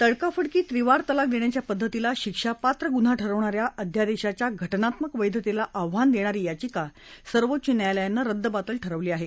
तडकाफडकी त्रिवार तलाक देण्याच्या पद्धतीला शिक्षापात्र गुन्हा ठरवणाऱ्या अध्यादेशाच्या घटनात्मक वैधतेला आव्हान देणारी याविका सर्वोच्च न्यायालयानं रद्दबातल ठरवली आहे